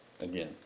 again